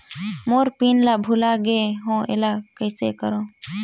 मोर pin ला भुला गे हो एला कइसे करो?